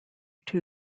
two